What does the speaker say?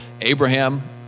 Abraham